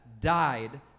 died